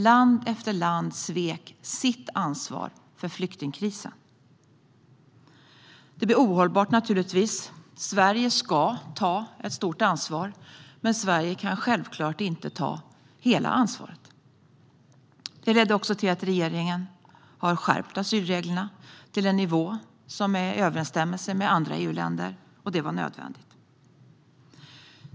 Land efter land svek sitt ansvar för flyktingkrisen. Det blir naturligtvis ohållbart. Sverige ska ta ett stort ansvar, men Sverige kan självklart inte ta hela ansvaret. Detta har lett till att regeringen har skärpt asylreglerna till en nivå som är i överenstämmelse med andra EU-länder. Det var nödvändigt.